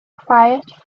quiet